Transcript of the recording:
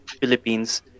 Philippines